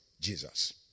Jesus